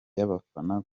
y’abafana